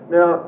Now